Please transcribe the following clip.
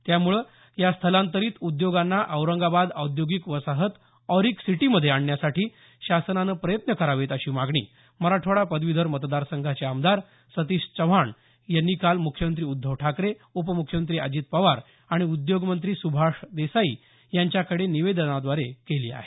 त्यामुळे स्थलांतरित उद्योगांना औरंगाबाद औद्योगिक वसाहत ऑरिक सिटीमध्ये या आणण्यासाठी शासनानं प्रयत्न करावेत अशी मागणी मराठवाडा पदवीधर मतदारसंघाचे आमदार सतीश चव्हाण यांनी काल मुख्यमंत्री उध्दव ठाकरे उपमुख्यमंत्री अजित पवार आणि उद्योगमंत्री सुभाष देसाई यांच्याकडे निवेदनाद्वारे केली आहे